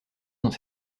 dans